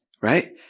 Right